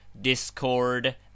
discord